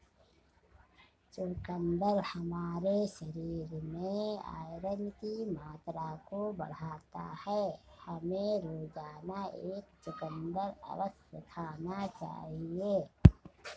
चुकंदर हमारे शरीर में आयरन की मात्रा को बढ़ाता है, हमें रोजाना एक चुकंदर अवश्य खाना चाहिए